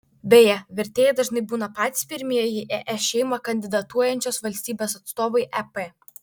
beje vertėjai dažnai būna patys pirmieji į es šeimą kandidatuojančios valstybės atstovai ep